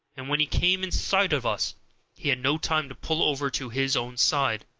and when he came in sight of us he had no time to pull over to his own side.